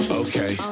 okay